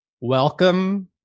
Welcome